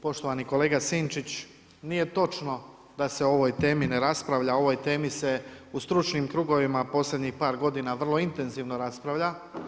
Poštovani kolega Sinčić, nije točno, da se o ovoj temi ne raspravlja, o ovoj temi se u stručnim krugovima, posljednjih par godina, vrlo intenzivno raspravlja.